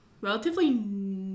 relatively